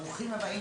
ברוכים הבאים,